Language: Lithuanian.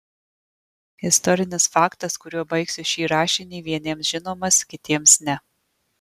istorinis faktas kuriuo baigsiu šį rašinį vieniems žinomas kitiems ne